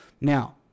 Now